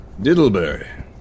Diddleberry